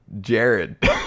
Jared